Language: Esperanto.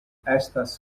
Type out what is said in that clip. estas